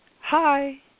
Hi